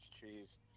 cheese